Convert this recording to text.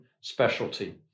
specialty